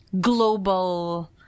global